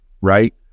right